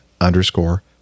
underscore